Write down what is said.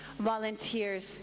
volunteers